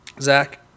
Zach